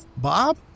Bob